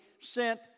sent